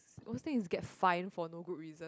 the worst thing is get fined for no good reason